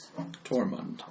Tormund